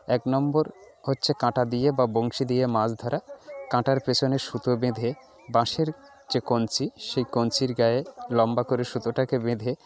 এক নম্বর হচ্ছে কাঁটা দিয়ে বা বংশী দিয়ে মাছ ধরা কাঁটার পেছনে সুতো বেঁধে বাশের যে কঞ্চি সেই কঞ্চির গায়ে লম্বা করে সুতোটাকে বেঁধে